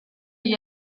gli